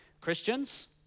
Christians